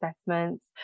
assessments